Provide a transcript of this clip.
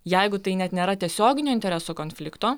jeigu tai net nėra tiesioginio interesų konflikto